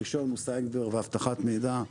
הראשון הוא סייבר ואבטחת מידע.